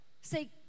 say